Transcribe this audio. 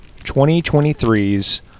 2023's